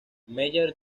meyer